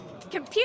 Computer